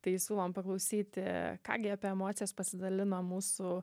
tai siūlom paklausyti ką gi apie emocijas pasidalina mūsų